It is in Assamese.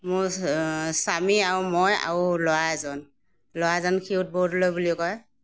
মোৰ স্বামী আৰু মই আৰু ল'ৰা এজন ল'ৰাজন ক্ষিৰোদ বৰদলৈ বুলি কয়